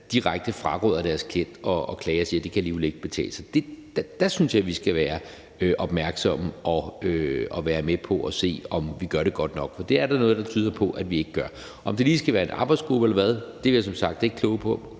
direkte fraråder deres klient at klage og siger, at det alligevel ikke kan betale sig, synes jeg, at vi skal være opmærksomme og være med på at se, om vi gør det godt nok, og det er der noget der tyder på vi ikke gør. Om det lige skal være en arbejdsgruppe eller hvad, vil jeg som sagt ikke kloge mig